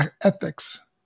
ethics